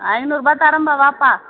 ஐநூறுரூபா தர்றேன்பா வாப்பா